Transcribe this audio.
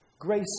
Grace